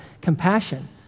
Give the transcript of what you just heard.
compassion